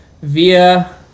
via